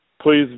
Please